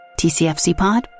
TCFCPod